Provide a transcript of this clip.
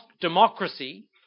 democracy